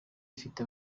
ifite